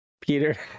Peter